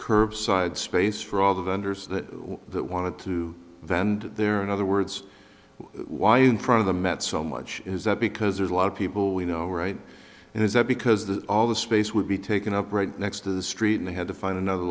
curbside space for all the vendors that wanted to that and there are in other words why in front of the met so much is that because there's a lot of people we know right now is that because the all the space would be taken up right next to the street and they had to find another